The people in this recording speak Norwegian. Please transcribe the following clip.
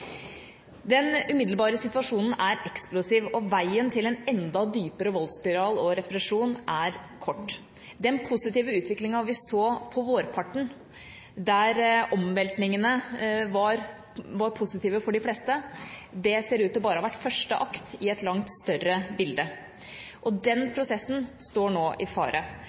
Den umiddelbare situasjonen er eksplosiv, og veien til en enda dypere voldsspiral og represjon er kort. Den positive utviklingen vi så på vårparten, der omveltningene var positive for de fleste, ser ut til bare å ha vært første akt i et langt større bilde, og den prosessen står nå i fare.